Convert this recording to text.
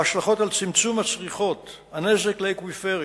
ההשלכות על צמצום הצריכות, הנזק לאקוויפרים